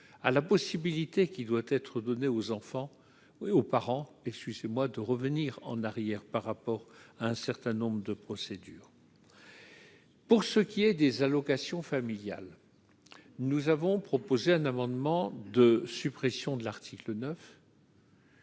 à la possibilité qui doit être donnée aux enfants : oui aux parents et suis chez moi de revenir en arrière par rapport à un certain nombre de procédures. Pour ce qui est des allocations familiales, nous avons proposé un amendement de suppression de l'article 9.